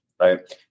right